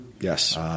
Yes